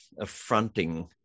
affronting